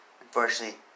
unfortunately